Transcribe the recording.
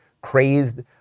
crazed